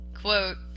Quote